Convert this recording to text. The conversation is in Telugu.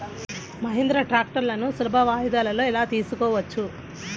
మహీంద్రా ట్రాక్టర్లను సులభ వాయిదాలలో ఎలా తీసుకోవచ్చు?